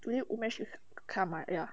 today wumesh he got come right ya